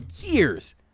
years